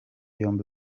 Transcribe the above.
yombi